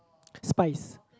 spize